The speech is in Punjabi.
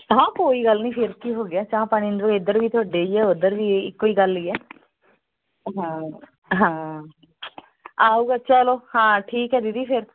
ਹਾਂ ਕੋਈ ਗੱਲ ਨਹੀਂ ਫਿਰ ਕੀ ਹੋ ਗਿਆ ਚਾਹ ਪਾਣੀ ਨੂੰ ਇੱਧਰ ਵੀ ਤੁਹਾਡੇ ਹੀ ਆ ਉੱਧਰ ਵੀ ਇੱਕੋ ਹੀ ਗੱਲ ਹੀ ਹੈ ਹਾਂ ਹਾਂ ਆਊਗਾ ਚਲੋ ਹਾਂ ਠੀਕ ਹੈ ਦੀਦੀ ਫਿਰ